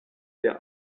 der